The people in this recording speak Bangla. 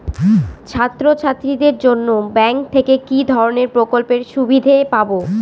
ছাত্রছাত্রীদের জন্য ব্যাঙ্ক থেকে কি ধরণের প্রকল্পের সুবিধে পাবো?